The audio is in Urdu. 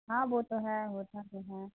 ہاں وہ تو ہے ہوتا تو ہے